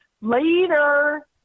Later